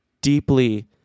deeply